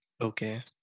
Okay